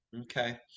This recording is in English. okay